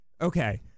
Okay